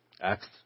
Acts